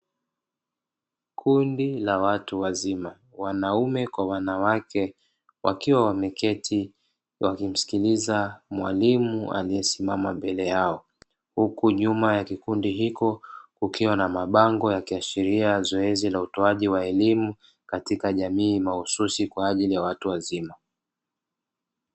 Kundi la watu wazima wanaume kwa wanawake wakiwa wameketi wakimsikiliza mwalimu aliyesimama mbele yao. Huku nyuma ya kikundi hiko kukiwa na mabango yakiashiria zoezi la utoaji wa elimu katika jamii, mahususi kwa ajili ya watu wazima.